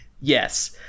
yes